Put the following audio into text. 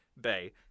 Bay